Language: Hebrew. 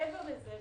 מעבר לזה,